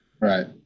Right